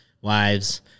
wives